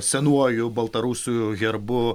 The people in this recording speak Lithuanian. senuoju baltarusių herbu